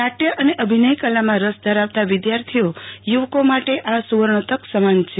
નાટ્ય અને અભિનય કલામાં રસ ધરાવતા વિદ્યાર્થીઓ યુવકો માટે આ સુવર્ણ તક સમાન છે